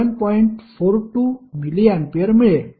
42 mA मिळेल